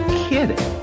kidding